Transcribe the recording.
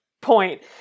point